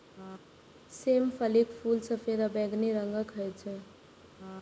सेम फलीक फूल सफेद या बैंगनी रंगक होइ छै